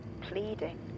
pleading